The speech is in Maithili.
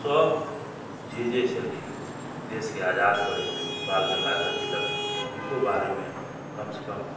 सभ जे छलखिन देशके आजाद करैमे बाल गंगाधर तिलक छलखिन हुनको बारेमे कमसँ कम